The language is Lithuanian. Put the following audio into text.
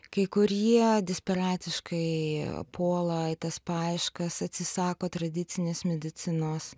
kai kurie desperatiškai puola į tas paieškas atsisako tradicinės medicinos